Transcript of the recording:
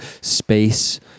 Space